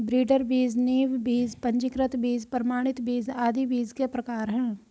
breeder बीज, नींव बीज, पंजीकृत बीज, प्रमाणित बीज आदि बीज के प्रकार है